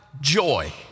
joy